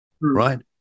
right